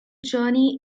journey